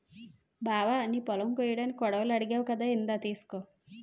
బావా నీ పొలం కొయ్యడానికి కొడవలి అడిగావ్ కదా ఇందా తీసుకో